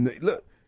Look